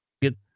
get